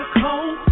cold